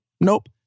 nope